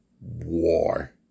war